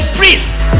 priests